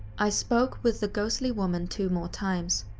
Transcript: i spoke with the ghostly woman two more times,